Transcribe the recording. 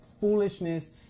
foolishness